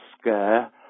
scare